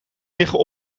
liggen